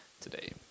today